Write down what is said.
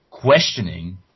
Questioning